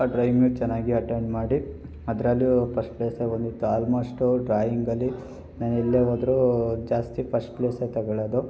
ಆ ಡ್ರಾಯಿಂಗ್ ಚೆನ್ನಾಗಿ ಅಟೆಂಡ್ ಮಾಡಿ ಅದರಲ್ಲೂ ಪಸ್ಟ್ ಪ್ಲೇಸೆ ಬಂದಿತ್ತು ಆಲ್ಮೋಸ್ಟು ಡ್ರಾಯಿಂಗಲ್ಲಿ ಎಲ್ಲೇ ಹೋದ್ರೂ ಜಾಸ್ತಿ ಫಸ್ಟ್ ಪ್ಲೇಸೆ ತಗೊಳ್ಳೋದು